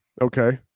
okay